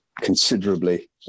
considerably